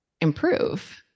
improve